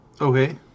Okay